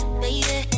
baby